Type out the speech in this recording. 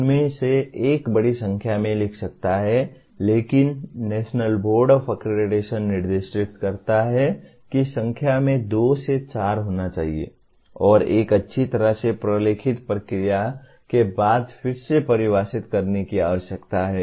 उनमें से एक बड़ी संख्या में लिख सकता है लेकिन नेशनल बोर्ड ऑफ अक्रेडिटेशन निर्दिष्ट करता है कि संख्या में दो से चार होना चाहिए और एक अच्छी तरह से प्रलेखित प्रक्रिया के बाद फिर से परिभाषित करने की आवश्यकता है